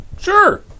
Sure